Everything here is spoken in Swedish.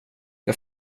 jag